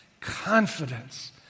Confidence